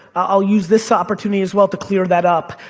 i'll use this opportunity, as well, to clear that up.